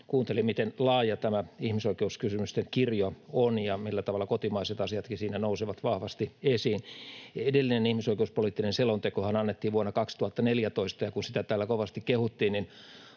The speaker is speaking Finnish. kuuntelin, miten laaja tämä ihmisoikeuskysymysten kirjo on ja millä tavalla kotimaiset asiatkin siinä nousevat vahvasti esiin. Edellinen ihmisoikeuspoliittinen selontekohan annettiin vuonna 2014, ja kun sitä täällä kovasti kehuttiin,